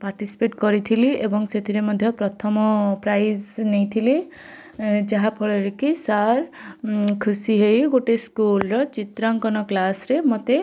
participate କରିଥିଲି ଏବଂ ସେଥିରେ ମଧ୍ୟ ପ୍ରଥମ ପ୍ରାଇଜ୍ ନେଇଥିଲି ଏଁ ଯାହାଫଳରେ କି ସାର୍ ଉଁ ଖୁସିହେଇ ଗୋଟେ ସ୍କୁଲ୍ ର ଚିତ୍ରଅଙ୍କନ କ୍ଲାସ୍ ରେ ମୋତେ